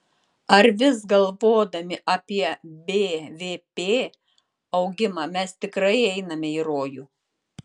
ar vis galvodami apie bvp augimą mes tikrai einame į rojų